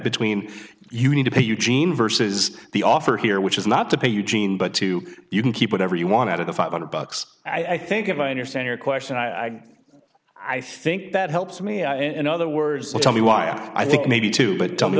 between you need to pay eugene versus the offer here which is not to pay you jean but two you can keep whatever you want out of the five hundred bucks i think if i understand your question i i think that helps me in other words i'll tell you why i think maybe too but tell me